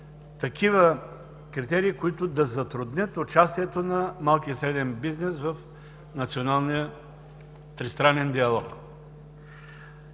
такива критерии, които да затруднят участието на малкия и среден бизнес в националния тристранен диалог.